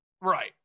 Right